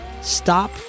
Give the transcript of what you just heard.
stop